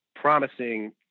promising